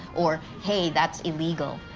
or, hey, that's illegal.